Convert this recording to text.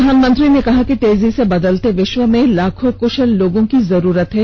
प्रधानमंत्री ने कहा कि तेजी से बदलते विश्व में लाखों कशल लोगों की जरूरत है